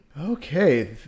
Okay